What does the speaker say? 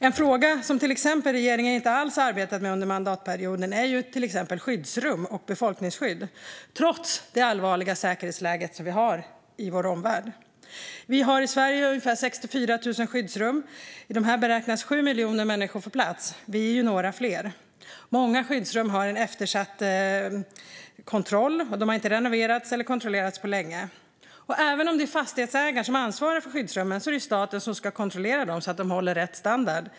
En fråga som regeringen inte arbetat med alls under mandatperioden är skyddsrum och befolkningsskydd. Detta trots det allvarliga säkerhetsläge som vi har i vår omvärld. Vi har i Sverige ungefär 64 000 skyddsrum. I dessa beräknas 7 miljoner människor få plats. Vi är ju några fler. Många skyddsrum är eftersatta och har inte renoverats eller kontrollerats på länge. Även om det är fastighetsägaren som ansvarar för skyddsrummen är det staten som ska kontrollera att de håller rätt standard.